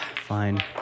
Fine